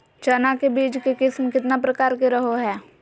चना के बीज के किस्म कितना प्रकार के रहो हय?